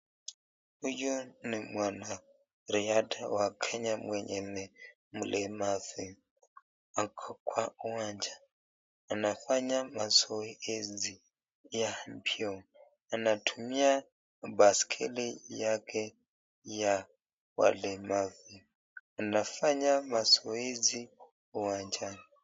Huyu ni mwanariadha wa Kenya mwenye ni mlemavu ako kwa uwanja anafanya mazoezi ya anatumia baiskeli yake ya walemavu anafanya mazoezi uwanjani.